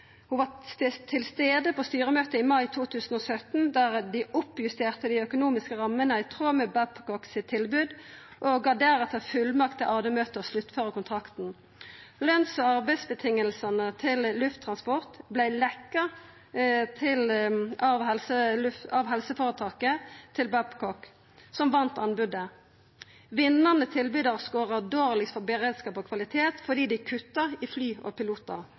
Ho var til stades på styremøtet i mai 2017, der dei oppjusterte dei økonomiske rammene i tråd med tilbodet frå Babcock, og gav deretter fullmakt til AD-møtet å sluttføra kontrakten. Løns- og arbeidsvilkåra til Lufttransport vart lekne av helseføretaket til Babcock, som vann anbodet. Vinnande tilbydar scora dårlegast på beredskap og kvalitet fordi dei kutta i fly og pilotar.